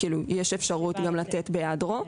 יש אפשרות גם לתת בהיעדרו.